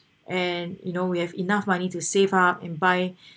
and you know we have enough money to save up and buy